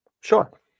Sure